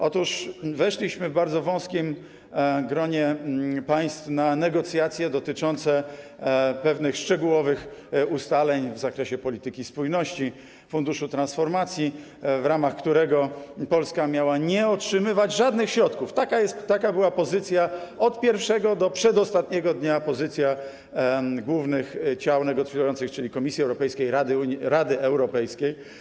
Otóż weszliśmy w bardzo wąskim gronie państw na negocjacje dotyczące pewnych szczegółowych ustaleń w zakresie polityki spójności, funduszu transformacji, w ramach którego Polska nie miała otrzymywać żadnych środków, bo taka była od pierwszego do przedostatniego dnia pozycja głównych ciał negocjujących, czyli Komisji Europejskiej, Rady Europejskiej.